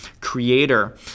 creator